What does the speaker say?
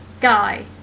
guy